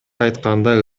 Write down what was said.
айтканда